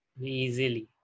Easily